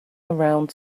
around